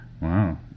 Wow